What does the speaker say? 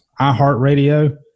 iHeartRadio